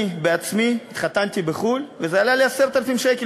אני עצמי התחתנתי בחו"ל וזה עלה לי 10,000 שקל,